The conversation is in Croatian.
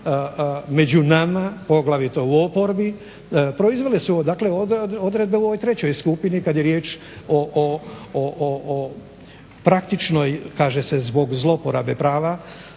među nama, poglavito u oporbi, proizvele su odredbe u ovoj trećoj skupini kad je riječ o praktičnoj kaže se zbog zloporabe prava